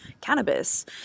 cannabis